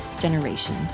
generation